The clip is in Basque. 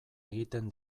egiten